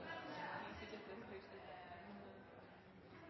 hvis man ikke